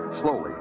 Slowly